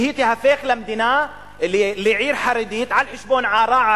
שהוא ייהפך לעיר חרדית על חשבון עארה,